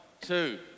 two